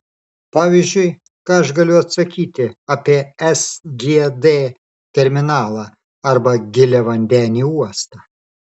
pavyzdžiui ką aš galiu atsakyti apie sgd terminalą arba giliavandenį uostą